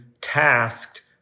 tasked